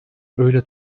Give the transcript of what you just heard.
öyle